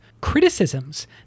criticisms